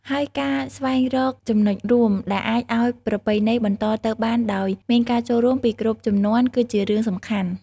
ហើយការស្វែងរកចំណុចរួម ដែលអាចឲ្យប្រពៃណីបន្តទៅបានដោយមានការចូលរួមពីគ្រប់ជំនាន់ គឺជារឿងសំខាន់។